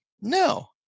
No